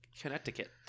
Connecticut